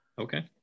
Okay